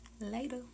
later